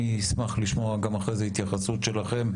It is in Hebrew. אני אשמח לשמוע אחרי זה התייחסות שלכם,